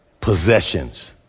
Possessions